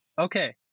Okay